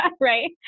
right